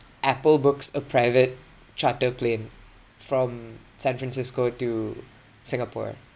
Apple books a private charter plane from san francisco to singapore